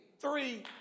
Three